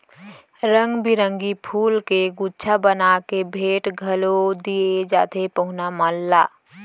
रंग बिरंगी फूल के गुच्छा बना के भेंट घलौ दिये जाथे पहुना मन ला